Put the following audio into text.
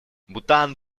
бутан